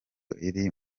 iri